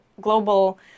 global